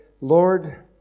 Lord